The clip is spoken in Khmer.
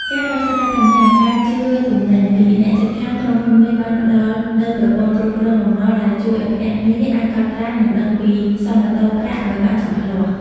ការដោះស្រាយបញ្ហា "ការជឿទំនិញ" ពីអ្នកជិតខាង ក្រុមហ៊ុនមេបានផ្ដល់នូវ "ប្រព័ន្ធគ្រប់គ្រងបំណុល" ដែលជួយឱ្យភ្នាក់ងារអាចកត់ត្រា និងដឹងពីសមតុល្យប្រាក់ឱ្យបានច្បាស់លាស់។